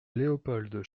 léopold